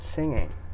Singing